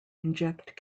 inject